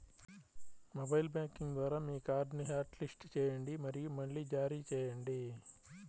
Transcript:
mobile banking ద్వారా మీ కార్డ్ని హాట్లిస్ట్ చేయండి మరియు మళ్లీ జారీ చేయండి